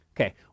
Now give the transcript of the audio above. Okay